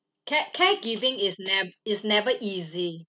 care care giving is ne~ is never easy